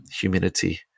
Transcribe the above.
humidity